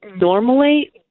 normally